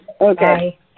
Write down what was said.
Okay